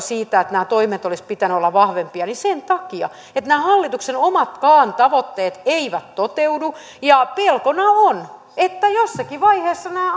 siitä että näiden toimien olisi pitänyt olla vahvempia sen takia että nämä hallituksen omatkaan tavoitteet eivät toteudu ja pelkona on että jossakin vaiheessa nämä